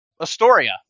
Astoria